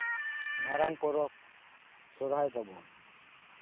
ᱢᱟᱨᱟᱝ ᱯᱚᱨᱚᱵ ᱥᱚᱨᱦᱟᱭ ᱛᱟᱵᱚᱱ